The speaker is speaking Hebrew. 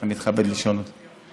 אתה מתכבד לשאול אותו.